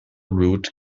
route